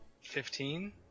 Fifteen